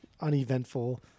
uneventful